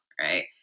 right